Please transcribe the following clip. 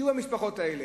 שוב המשפחות האלה.